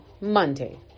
Monday